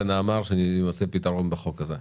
ונאמר שיימצא פתרון בחוק הזה.